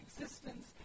existence